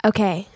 Okay